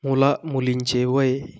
मुला मुलींचे वय